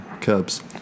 Cubs